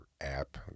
app